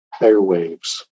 airwaves